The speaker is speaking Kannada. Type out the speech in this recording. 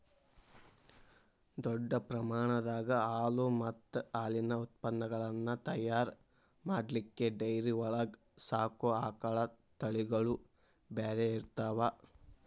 ದೊಡ್ಡ ಪ್ರಮಾಣದಾಗ ಹಾಲು ಮತ್ತ್ ಹಾಲಿನ ಉತ್ಪನಗಳನ್ನ ತಯಾರ್ ಮಾಡ್ಲಿಕ್ಕೆ ಡೈರಿ ಒಳಗ್ ಸಾಕೋ ಆಕಳ ತಳಿಗಳು ಬ್ಯಾರೆ ಇರ್ತಾವ